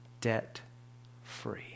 debt-free